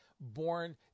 born